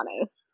honest